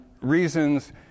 reasons